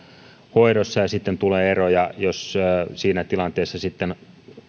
hoidossa ja sitten tulee ero ja jos siinä tilanteessa sitten